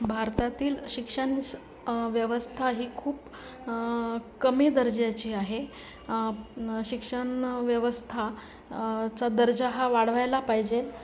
भारतातील शिक्षण व्यवस्था ही खूप कमी दर्जाची आहे शिक्षण व्यवस्था चा दर्जा हा वाढवायला पाहिजे